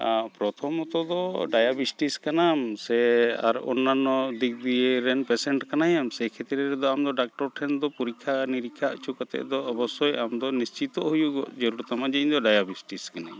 ᱯᱨᱚᱛᱷᱚᱢᱚᱛᱚ ᱫᱚ ᱰᱟᱭᱟᱵᱮᱴᱤᱥ ᱠᱟᱱᱟᱢ ᱥᱮ ᱟᱨᱚ ᱚᱱᱱᱟᱱᱚ ᱫᱤᱠᱫᱤᱭᱮ ᱨᱮᱱ ᱯᱮᱥᱮᱱᱴ ᱠᱟᱱᱟᱭᱮᱢ ᱥᱮᱠᱷᱮᱛᱨᱮ ᱨᱮᱫᱚ ᱟᱢᱫᱚ ᱰᱟᱠᱛᱚᱨ ᱴᱷᱮᱱ ᱫᱚ ᱯᱚᱨᱤᱠᱠᱷᱟᱼᱱᱤᱨᱤᱠᱠᱷᱟ ᱦᱚᱪᱚ ᱠᱟᱛᱮᱫ ᱫᱚ ᱚᱵᱚᱥᱥᱳᱭ ᱟᱢᱫᱚ ᱱᱤᱥᱪᱤᱛᱚᱜ ᱦᱩᱭᱩᱜᱚᱜ ᱡᱟᱹᱨᱩᱲ ᱛᱟᱢᱟ ᱡᱮ ᱤᱧᱫᱚ ᱰᱟᱭᱟᱵᱮᱴᱤᱥ ᱠᱟᱹᱱᱟᱹᱧ